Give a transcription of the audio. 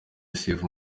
sefu